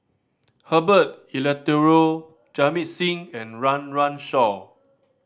Herbert Eleuterio Jamit Singh and Run Run Shaw